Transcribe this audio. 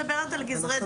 אני מדברת על גזרי דין.